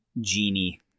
genie